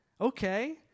Okay